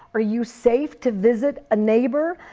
are you safe to visit a neighbor?